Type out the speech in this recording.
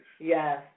Yes